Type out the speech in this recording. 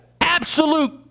absolute